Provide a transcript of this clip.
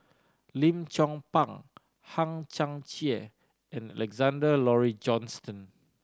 Lim Chong Pang Hang Chang Chieh and Alexander Laurie Johnston